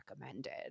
recommended